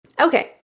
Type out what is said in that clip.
Okay